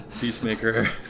Peacemaker